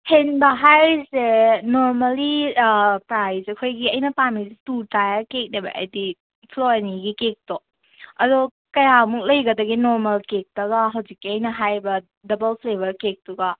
ꯍꯦꯟꯕ ꯍꯥꯏꯔꯤꯁꯦ ꯅꯣꯔꯃꯜꯂꯤ ꯄ꯭ꯔꯥꯏꯁꯁꯦ ꯑꯩꯈꯣꯏꯒꯤ ꯑꯩꯅ ꯄꯥꯝꯃꯤꯁꯦ ꯇꯨ ꯇꯥꯏꯌꯔ ꯀꯦꯛꯅꯦꯕ ꯍꯥꯏꯗꯤ ꯐ꯭ꯂꯣꯔ ꯑꯅꯤꯒꯤ ꯀꯦꯛꯇꯣ ꯑꯗꯣ ꯀꯌꯥꯃꯨꯛ ꯂꯩꯒꯗꯒꯦ ꯅꯣꯔꯃꯜ ꯀꯦꯛꯇꯒ ꯍꯧꯖꯤꯛꯀꯤ ꯑꯩꯅ ꯍꯥꯏꯔꯤꯕ ꯗꯕꯜ ꯐ꯭ꯂꯦꯕꯔ ꯀꯦꯛꯇꯨꯒ